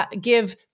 give